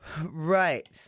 Right